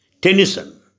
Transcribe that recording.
Tennyson